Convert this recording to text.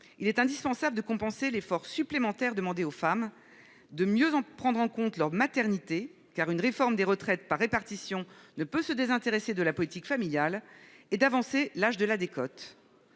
il est indispensable de compenser l'effort supplémentaire demandé aux femmes de mieux en prendre en compte leur maternité car une réforme des retraites par répartition ne peut se désintéresser de la politique familiale et d'avancer l'âge de la décote.